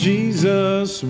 Jesus